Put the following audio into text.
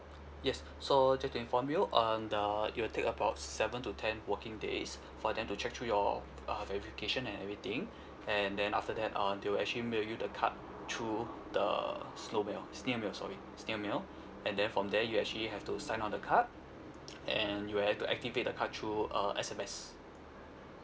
yes so just to inform you um the it will take about seven to ten working days for them to check through your uh verification and everything and then after that um they will actually mail you the card through the slow mail snail mail sorry snail mail and then from there you actually have to sign on the card and you have to activate the card through uh S_M_S